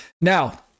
Now